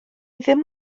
ddim